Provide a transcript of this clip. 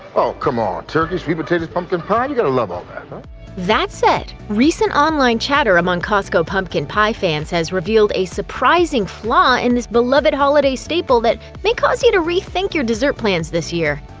oh, come on. turkey, sweet potatoes, pumpkin pie? you gotta love all that. that said, recent online chatter among costco pumpkin pie fans has revealed a surprising flaw in this beloved holiday staple that may cause you to rethink your dessert plans this year.